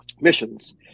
missions